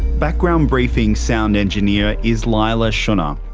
background briefing's sound engineer is leila shunnar,